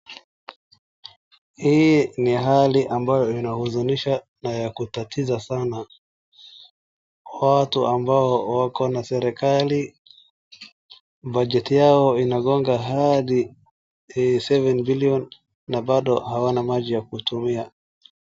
Hii ni hali ambayo inahuzunisha na ya kutatiza sana. Kwa watu ambao wako na serikali, bajeti yao inagonga hadi, eh, [seven billion] na bado hawana maji ya kutumia.